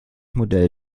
modell